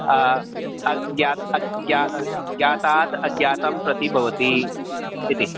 ज्ञातात् अज्ञातं प्रति भवति इति